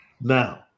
now